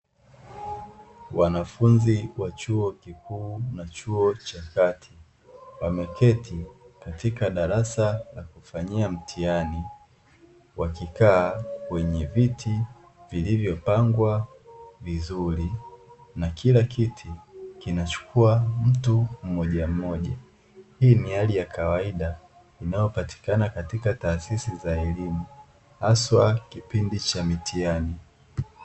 Wanafunzi wa chuo kikuu na chuo cha kati, wameketi katika darasa la kufanyia mtihani wakikaa kwenye viti vilivyopangwa vizuri na kila kiti kinachukua mtu mmojammoja, hii ni hali ya kawaida inayopatikana katika taasisi za elimu haswa kipindi cha mitihani.